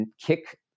kick